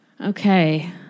Okay